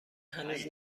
هنوز